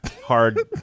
Hard